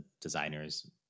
designers